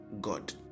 God